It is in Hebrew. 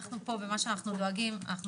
ונוכל לבדוק גם את הדברים.